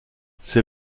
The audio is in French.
ces